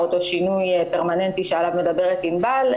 אותו שינוי פרמננטי שעליו מדברת ענבל,